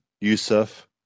Yusuf